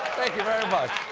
thank you very much.